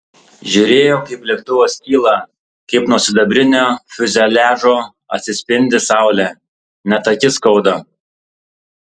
žiūrėjo kaip lėktuvas kyla kaip nuo sidabrinio fiuzeliažo atsispindi saulė net akis skauda